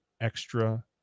extra